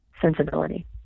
sensibility